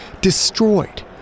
destroyed